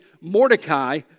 Mordecai